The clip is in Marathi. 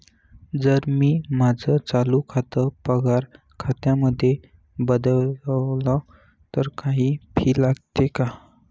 जर मी माझं चालू खातं पगार खात्यामध्ये बदलवल, तर काही फी लागेल का?